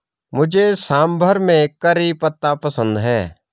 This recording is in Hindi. मुझे सांभर में करी पत्ता पसंद है